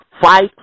fight